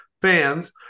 fans